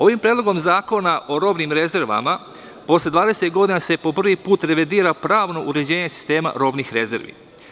Ovim predlogom Zakona o robnim rezervama posle 20 godina se po prvi put revidira pravno uređenje sistema robnih rezervi.